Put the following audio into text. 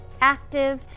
active